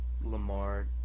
Lamar